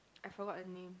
I forgot the name